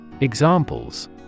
Examples